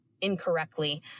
incorrectly